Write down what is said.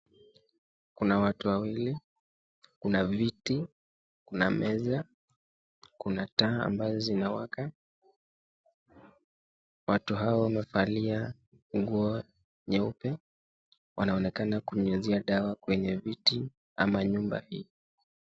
Kuna watu wawili, kuna viti, kuna meza, kuna taa ambazo zinawaka. Watu hawa wamevalia nguo nyupe. Wanaonekana kunyunyizia dawa kwenye viti ama nyumba hii.